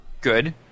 Good